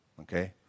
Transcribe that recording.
Okay